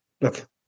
Look